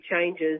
changes